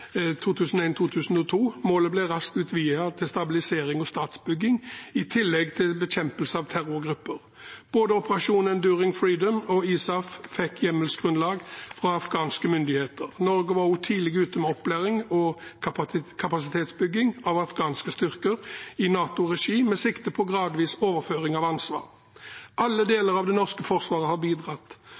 Målet ble raskt utvidet til stabilisering og statsbygging i tillegg til bekjempelse av terrorgrupper. Både Operation Enduring Freedom og ISAF fikk hjemmelsgrunnlag fra afghanske myndigheter. Norge var også tidlig ute med opplæring og kapasitetsbygging av afghanske styrker i NATO-regi med sikte på gradvis overføring av ansvar. Alle deler av det norske forsvaret har bidratt.